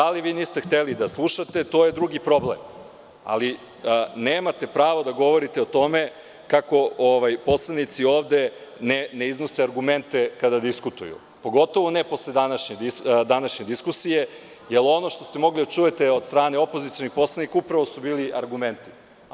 Da li vi niste hteli da slušate, to je već drugi problem, ali nemate pravo da govorite o tome kako poslanici ovde ne iznose argumente kada diskutuju, pogotovo ne posle današnje diskusije, jer ono što ste mogli da čujete od strane opozicionih poslanika upravo su bili argumenti.